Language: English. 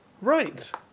Right